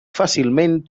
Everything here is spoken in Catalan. fàcilment